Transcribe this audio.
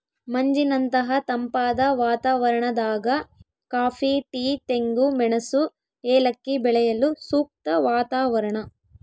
ಮಂಜಿನಂತಹ ತಂಪಾದ ವಾತಾವರಣದಾಗ ಕಾಫಿ ಟೀ ತೆಂಗು ಮೆಣಸು ಏಲಕ್ಕಿ ಬೆಳೆಯಲು ಸೂಕ್ತ ವಾತಾವರಣ